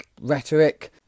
rhetoric